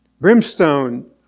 Brimstone